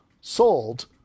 sold